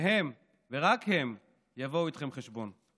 והם, ורק הם, יבואו איתכם חשבון.